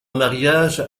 mariage